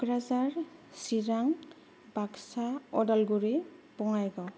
Kokrajhar Chirang Baksa Udalguri Bongaigaon